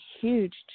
huge